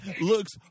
looks